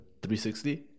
360